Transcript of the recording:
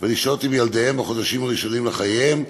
ולשהות עם ילדיהן בחודשים הראשונים לחייהם,